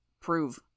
Prove